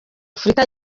afurika